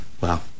Wow